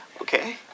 Okay